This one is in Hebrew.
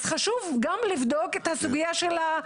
אז חשוב גם לבדוק את הסוגיה של האשכולות.